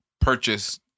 purchase